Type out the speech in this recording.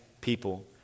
people